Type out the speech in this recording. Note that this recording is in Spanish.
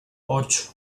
ocho